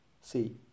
See